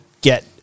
get